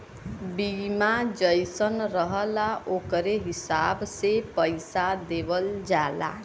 बीमा जइसन रहला ओकरे हिसाब से पइसा देवल जाला